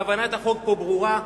כוונת החוק פה ברורה.